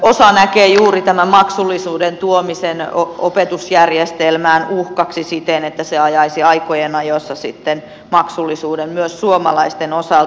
osa näkee juuri tämän maksullisuuden tuomisen opetusjärjestelmään uhkaksi siten että se ajaisi aikojen ajossa sitten maksullisuuden myös suomalaisten osalta